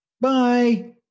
Bye